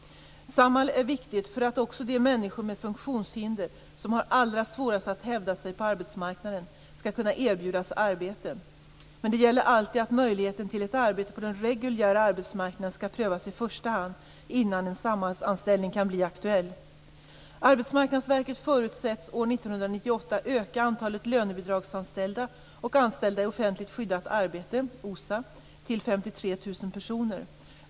Samhall är viktigt för att också de människor med funktionshinder som har allra svårast att hävda sig på arbetsmarknaden skall kunna erbjudas arbete. Men vad som alltid gäller är att möjligheten till ett arbete på den reguljära arbetsmarknaden skall prövas i första hand innan en Samhallanställning kan bli aktuell. Arbetsmarknadsverket förutsätts år 1998 öka antalet lönebidragsanställda och anställda i offentligt skyddat arbete, OSA, till 53 000 personer.